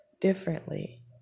Differently